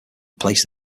placed